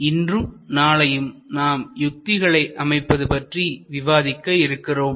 இன்றும் நாளையும் நாம் யுத்திகளை அமைப்பது பற்றி விவாதிக்க இருக்கிறோம்